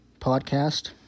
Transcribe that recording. podcast